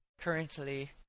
currently